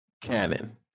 canon